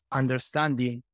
understanding